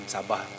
Sabah